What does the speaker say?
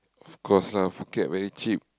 of course lah Phuket very cheap